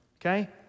Okay